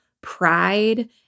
pride